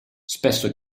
spesso